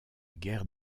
guerre